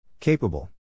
Capable